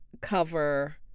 cover